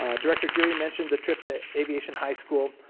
ah director geary mentioned the trip to aviation high school.